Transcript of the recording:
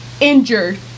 injured